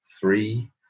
three